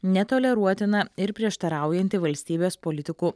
netoleruotiną ir prieštaraujantį valstybės politikų